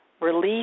release